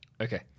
Okay